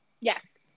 Yes